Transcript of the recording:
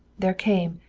there came,